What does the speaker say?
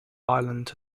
ireland